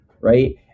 Right